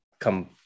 come